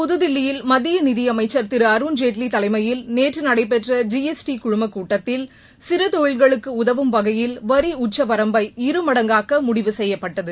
புதுதில்லியில் மத்திய நிதி அமைச்சர் திரு அருண்ஜேட்லி தலைமையில் நேற்று நடைபெற்ற ஜிஎஸ்டி குழுமக் கூட்டத்தில் சிறு தொழில்களுக்கு உதவும் வகையில் வரி உச்சவரம்பை இருமடங்காக்க முடிவு செய்யப்பட்டது